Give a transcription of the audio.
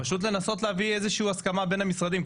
פשוט לנסות להביא איזושהי הסכמה בין המשרדים,